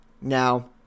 Now